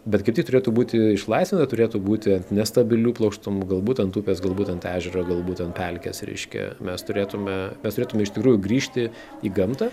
bet kaip tik turėtų būti išlaisvina turėtų būti ant nestabilių plokštumų galbūt ant upės galbūt ant ežero galbūt ant pelkės reiškia mes turėtume mes turėtume iš tikrųjų grįžti į gamtą